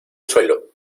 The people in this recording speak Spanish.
suelo